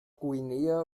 guinea